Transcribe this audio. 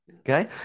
Okay